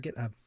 GitHub